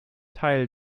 teil